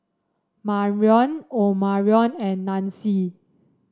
Marrion Omarion and Nanci